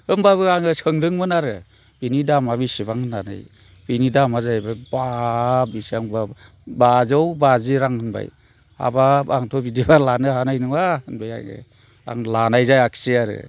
होनबाबो आङो सोंदोंमोन आरो बिनि दामआ बेसेबां होननानै बिनि दामआ जाहैबाय बा बेसेबांबा बाजौ बाजि रां होनबाय हाबाब आंथ' बिदिबा लानो हानाय नङा होनबाय आङो आं लानाय जायाखिसै आरो